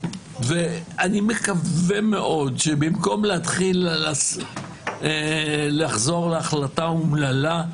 אני מקווה מאוד שבמקום להתחיל לחזור להחלטה האומללה,